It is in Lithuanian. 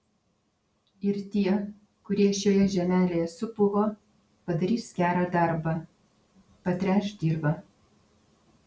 ir tie kurie šioje žemelėje supuvo padarys gerą darbą patręš dirvą